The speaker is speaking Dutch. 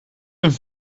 een